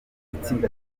itsinda